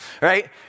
right